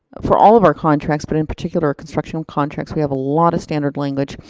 for all of our contracts, but in particular construction contracts. we have a lot of standard language.